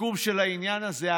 סיכום של העניין הזה.